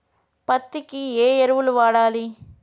పత్తి కి ఏ ఎరువులు వాడాలి?